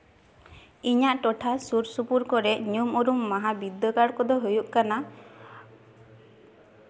ᱤᱧᱟᱹᱜ ᱴᱚᱴᱷᱟ ᱥᱩᱨ ᱥᱩᱯᱩᱨ ᱠᱚᱨᱮᱜ ᱧᱩᱢ ᱩᱨᱩᱢ ᱢᱟᱦᱟ ᱵᱤᱫᱽᱫᱟᱹᱜᱟᱲ ᱠᱚᱫᱚ ᱦᱩᱭᱩᱜ ᱠᱟᱱᱟ